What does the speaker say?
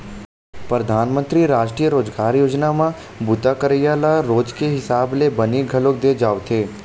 परधानमंतरी रास्टीय रोजगार योजना म बूता करइया ल रोज के हिसाब ले बनी घलोक दे जावथे